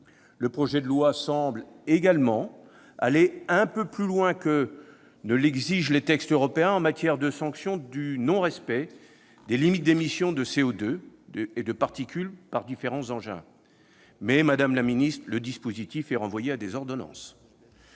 Le projet de loi semble également aller un peu plus loin que ne l'exigent les textes européens en matière de sanction du non-respect des limites d'émission de CO2 et de particules par différents engins. Mais, madame la ministre, le dispositif est renvoyé à des ordonnances